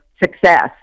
success